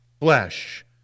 flesh